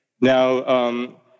Now